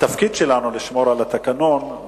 התפקיד שלנו לשמור על התקנון,